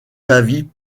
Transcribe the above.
d’avis